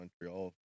Montreal